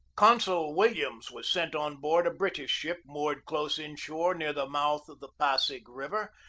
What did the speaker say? consul williams was sent on board a british ship moored close inshore near the mouth of the pasig river,